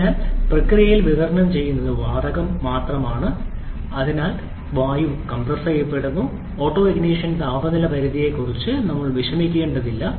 അതിനാൽ കഴിക്കുന്ന പ്രക്രിയയിൽ വിതരണം ചെയ്യുന്നത് വായു മാത്രമാണ് ഉള്ളിൽ ഇന്ധനം ഇല്ലാത്തതിനാൽ വായുവും കംപ്രസ്സുചെയ്യുന്നു അതിനാൽ ഓട്ടോഓണിഷൻ താപനില പരിധിയെക്കുറിച്ച് ഞങ്ങൾ വിഷമിക്കേണ്ടതില്ല